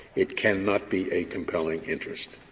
it cannot be a compelling interest?